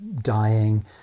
dying